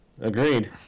Agreed